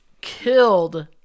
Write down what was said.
killed